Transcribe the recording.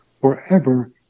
forever